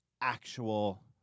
actual